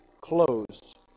closed